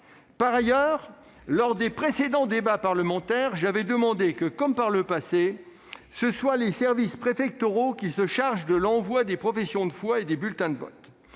Par ailleurs, lors des précédents débats parlementaires, j'avais demandé que, comme par le passé, ce soient les services préfectoraux qui se chargent de l'envoi des professions de foi et des bulletins de vote.